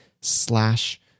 slash